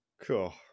Cool